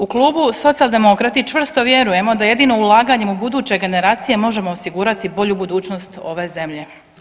U klubu Socijaldemokrati čvrsto vjerujemo da jedino ulaganjem u buduće generacije možemo osigurati bolju budućnost ove zemlje.